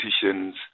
politicians